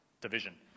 division